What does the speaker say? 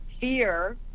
Fear